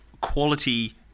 quality